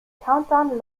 countdown